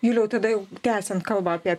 juliau tada jau tęsiant kalbą apie